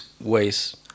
ways